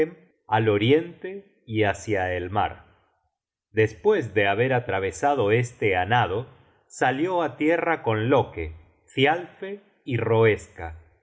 al oriente y hácia el mar despues de haber atravesado este á nado salió á tierra con loke thialfe y roeska